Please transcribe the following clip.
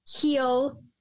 heal